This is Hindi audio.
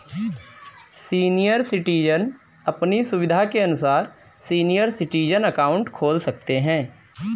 सीनियर सिटीजन अपनी सुविधा के अनुसार सीनियर सिटीजन अकाउंट खोल सकते है